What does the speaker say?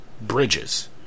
bridges